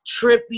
trippy